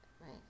right